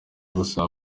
basaza